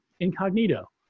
incognito